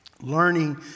learning